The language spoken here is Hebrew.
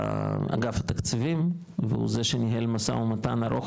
באגף התקציבים והוא זה שניהל משא ומתן ארוך